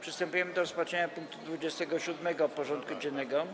Przystępujemy do rozpatrzenia punktu 27. porządku dziennego: